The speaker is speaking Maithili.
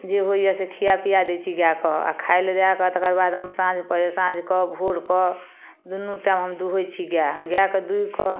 जे होइए से खिआ पिआ दै छी गैआके आओर खाइ लऽ दए कऽ तकर बाद हम साँझ परै साँझकऽ भोर कऽ दुन्नू टाइममे हम दूहै छी गैआ गैआके दूहिकऽ